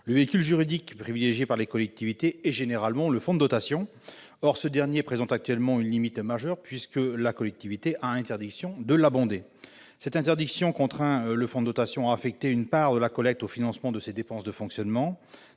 Le véhicule juridique privilégié par les collectivités est généralement le fonds de dotation. Or ce dernier présente actuellement une limite majeure puisque la collectivité a interdiction de l'abonder. Cette mesure contraint le fonds de dotation à affecter une part de la collecte au financement des dépenses de fonctionnement.